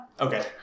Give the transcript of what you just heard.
Okay